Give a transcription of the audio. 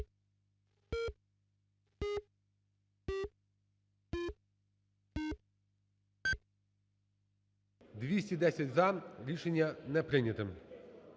– за. Рішення не прийняте.